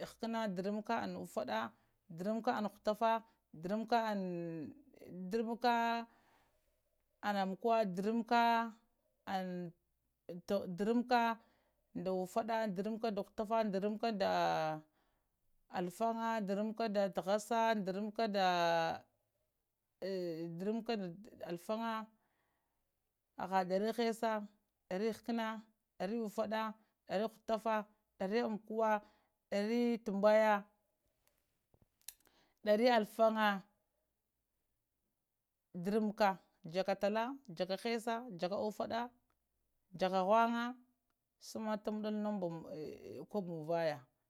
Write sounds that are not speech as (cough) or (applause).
ghakkana, drammka an uffada, drammka an ghuttafa, drammka an ammkuwa, drammka an (hesitation) and drammka amkuwa, drammka an (hesitation) drammka an uffada, drammka nda ghuttafa, darammka nda alfanga, darammka nda tahassa, darammka nda (hesitation) darammka nda alfanga (hesitation) aha dari hessa, dari ghakkana, dari uffada, dari ghuttafa, dari ammkuwa, dari tambaya, dari alfanga, darammka jekka talla, jekka hessa jekka uffada, jekka ghunga sama tamaddalowo numba kwa muvaya